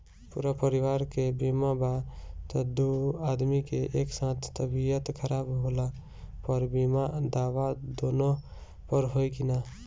पूरा परिवार के बीमा बा त दु आदमी के एक साथ तबीयत खराब होला पर बीमा दावा दोनों पर होई की न?